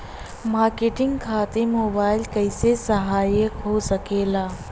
Marketing खातिर mobile कइसे सहायक हो सकेला?